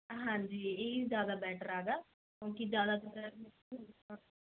ਹਾਂਜੀ ਇਹ ਹੀ ਜ਼ਿਆਦਾ ਬੈਟਰ ਆ ਗਾ ਕਿਉਂਕਿ ਜ਼ਿਆਦਾਤਰ